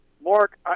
Mark